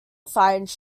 finds